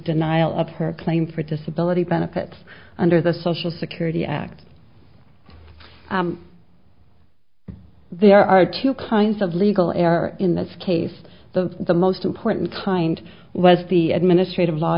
denial of her claim for disability benefits under the social security act there are two kinds of legal error in this case the the most important kind was the administrative law